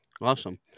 awesome